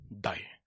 die